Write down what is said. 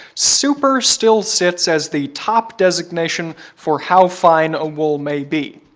super still sits as the top designation for how fine a wool may be.